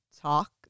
talk